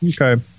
Okay